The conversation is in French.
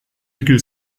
virgule